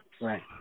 Right